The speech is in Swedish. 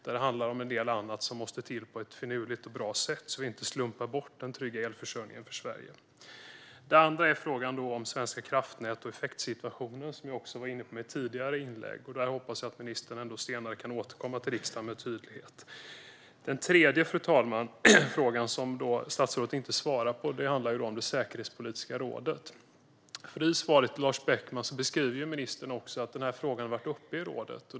Det handlar också om en del annat som måste till på ett finurligt och bra sätt, så att vi inte slumpar bort den trygga elförsörjningen för Sverige. Det andra gäller frågan om Svenska kraftnät och effektsituationen, som jag var inne på i mitt tidigare inlägg. Där hoppas jag att ministern senare kan återkomma till riksdagen med tydlighet. Det tredje, fru talman, gäller en fråga som statsrådet inte svarar på. Det handlar om det säkerhetspolitiska rådet. I svaret till Lars Beckman beskriver ministern att denna fråga har varit uppe i rådet.